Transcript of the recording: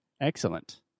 Excellent